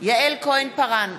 יעל כהן-פארן,